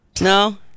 No